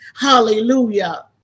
hallelujah